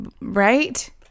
right